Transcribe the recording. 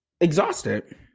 exhausted